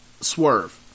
swerve